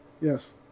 Yes